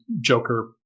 Joker